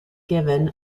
given